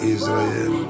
Israel